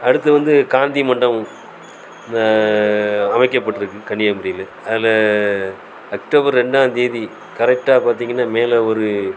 அடுத்து வந்து காந்தி மண்டபம் அமைக்கப்பட்டுருக்கு கன்னியாகுமரியில அதில் அக்டோபர் ரெண்டாம்தேதி கரெக்டாக பார்த்தீங்கன்னா மேலே ஒரு